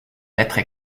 lettres